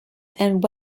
and